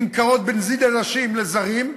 נמכרים בנזיד עדשים לזרים.